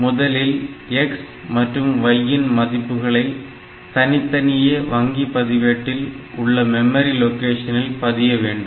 முதலில் x மற்றும் y இன் மதிப்புகளை தனித்தனியே வங்கி பதிவேட்டில் உள்ள மெமரி லொகேஷனில் பதிய வேண்டும்